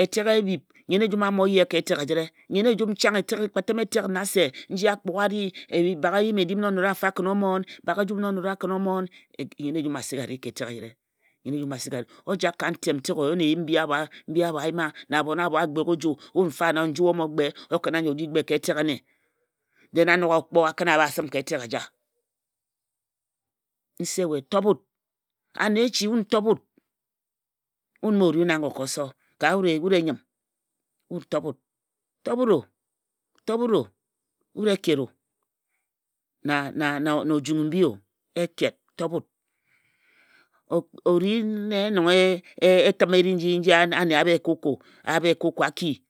Etek e bhip nnyen ejum a mo ye. nnuen ejum chang. ekpatim etek nnase nji akpugha a ri baghe eyim-edim na o nora mfa kən omo yen. baghe ejum nji o nora kən omo yen. nnyen ejum a sik a ri ka etek ejere. o jak ka a tern ntek o yen eyim mbi abho a gbek oju. mfa nne nju o mo gbe o kəna nju o ji gbe ka etek ane den a nok a kpo a kən yea a bha səm ka etek e ja nse we tob wut. ane echi wun tob wut. ane echi wun tob wut. wun mma o ri wun ago ka oso ka wut e nnyim to wut tob wut-o wut e ket-ona na ojunghi mbi-o. tob wut o wut e ket. o ri yen. nong etim e ri nji ane a bhek koko a ki.